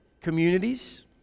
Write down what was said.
communities